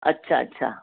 अच्छा अच्छा